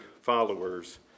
followers